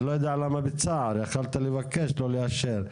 אני לא יודע למה בצער, יכולת לבקש לא לאשר.